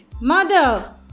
Mother